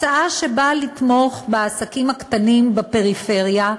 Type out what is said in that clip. הצעה שבאה לתמוך בעסקים הקטנים בפריפריה,